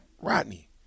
Rodney